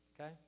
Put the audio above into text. Okay